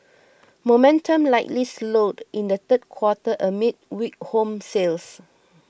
momentum likely slowed in the third quarter amid weak home sales